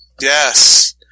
Yes